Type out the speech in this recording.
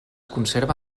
conserva